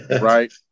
Right